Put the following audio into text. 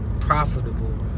profitable